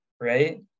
right